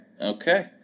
Okay